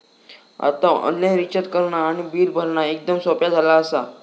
आता online recharge करणा आणि बिल भरणा एकदम सोप्या झाला आसा